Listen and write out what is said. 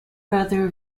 brother